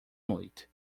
noite